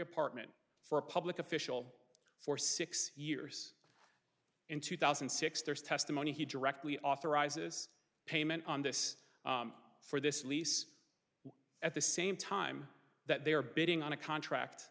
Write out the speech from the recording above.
apartment for a public official for six years in two thousand and six there's testimony he directly authorizes payment on this for this lease at the same time that they are bidding on a contract